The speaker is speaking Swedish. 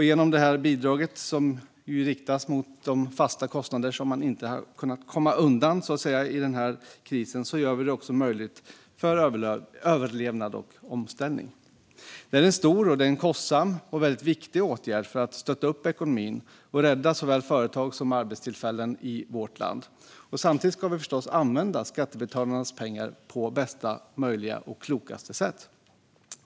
Genom detta bidrag som riktas till de fasta kostnader som företagen inte har kunnat komma undan i denna kris gör vi det möjligt för överlevnad och omställning. Det är en stor, kostsam och mycket viktig åtgärd för att stötta upp ekonomin och rädda såväl företag som arbetstillfällen i vårt land. Samtidigt ska vi förstås använda skattebetalarnas pengar på bästa möjliga och klokaste sätt.